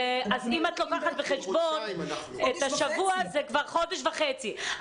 אז אם את לוקחת בחשבון את השבוע זה כבר חודש וחצי.